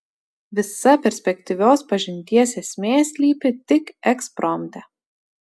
visa perspektyvios pažinties esmė slypi tik ekspromte